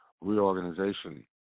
reorganization